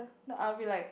no I'll be like